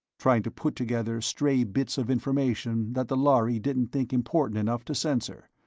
trying to put together stray bits of information that the lhari didn't think important enough to censor.